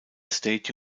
state